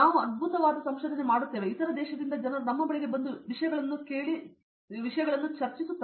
ನಾವು ಅದ್ಭುತವಾದ ಸಂಶೋಧನೆ ಮಾಡುತ್ತೇವೆ ಮತ್ತು ಇತರ ದೇಶದಿಂದ ಜನರು ನಮ್ಮ ಬಳಿಗೆ ಬಂದು ವಿಷಯಗಳನ್ನು ಕೇಳಿ ವಿಷಯಗಳನ್ನು ಚರ್ಚಿಸುತ್ತಾರೆ